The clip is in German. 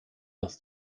das